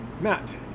Matt